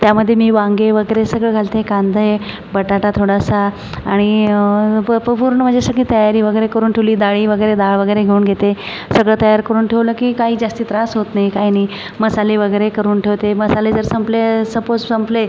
त्यामध्ये मी वांगे वगैरे सगळं घालते कांदे बटाटा थोडासा आणि प प पूर्ण म्हणजे सगळी तयारी वगैरे करून ठेवली दाळी वगैरे डाळ वगैरे घेऊन घेते सगळं तयार करून ठेवलं की काही जास्ती त्रास होत नाही काही नाही मसाले वगैरे करून ठेवते मसाले जर संपले सपोज संपले